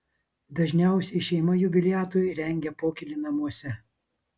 dažniausiai šeima jubiliatui rengia pokylį namuose